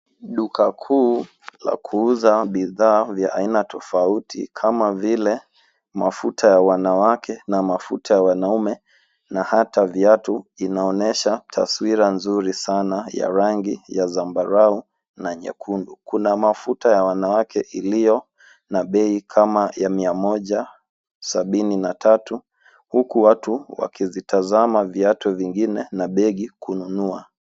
Duka kuu la kuuza bidhaa vya aina tofauti kama vile mafuta ya wanawake na mafuta ya wanaume na hata viatu inaonyesha taswira nzuri sana ya rangi ya zambarau na nyekundu. Kuna mafuta ya wanawake iliyo na bei kama ya mia moja sabini na tatu huku watu wakizitazama viatu vingine na begi kununua.